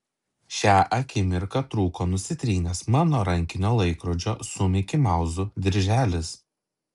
šią akimirką trūko nusitrynęs mano rankinio laikrodžio su mikimauzu dirželis